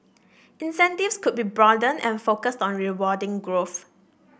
incentives could be broadened and focused on rewarding growth